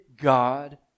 God